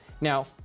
Now